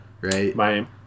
right